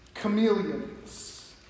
chameleons